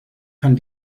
kann